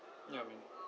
ya man